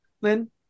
Lynn